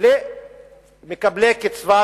למקבלי קצבת